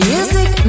Music